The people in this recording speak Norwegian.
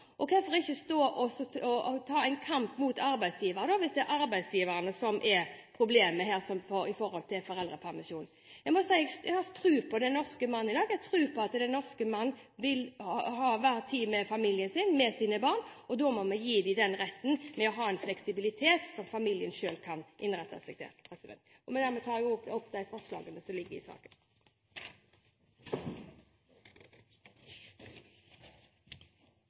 hvis det er arbeidsgiverne som er problemet når det gjelder foreldrepermisjonen? Jeg må si at jeg har tro på dagens norske mann. Jeg tror på at den norske mann vil ha bedre tid med familien sin, med sine barn, og da må vi gi ham den retten ved å ha en fleksibilitet som familien selv kan innrette seg etter. Vi i Senterpartiet er veldig fornøyd med at foreldrepermisjonen øker med to uker, og at disse ukene forbeholdes far. Pappapermen, som ble innført i